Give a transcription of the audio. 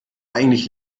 eigentlich